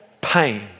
pain